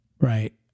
Right